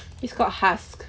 this is called husk